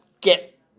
get